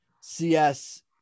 cs